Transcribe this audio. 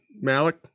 Malik